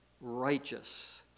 righteous